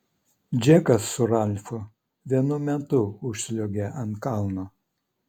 džekas su ralfu vienu metu užsliuogė ant kalno